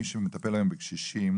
מי שמטפל היום בקשישים